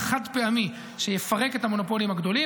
חד-פעמי שיפרק את המונופולים הגדולים.